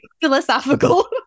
philosophical